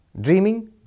dreaming